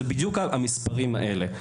זה בדיוק המספרים האלה.